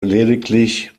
lediglich